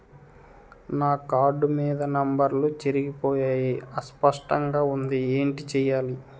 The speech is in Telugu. నా కార్డ్ మీద నంబర్లు చెరిగిపోయాయి అస్పష్టంగా వుంది ఏంటి చేయాలి?